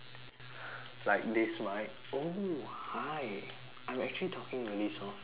like this mic oh hi I'm actually talking really softly but